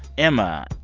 emma,